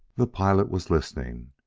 the pilot was listening,